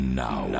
now